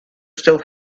still